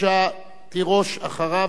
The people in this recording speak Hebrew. תירוש אחריו,